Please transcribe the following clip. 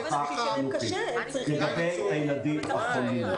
לגבי הילדים החולים.